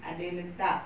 ada letak